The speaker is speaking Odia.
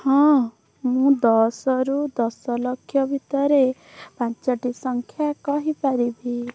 ହଁ ମୁଁ ଦଶରୁ ଦଶ ଲକ୍ଷ ଭିତରେ ପାଞ୍ଚଟି ସଂଖ୍ୟା କହିପାରିବି